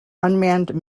unmanned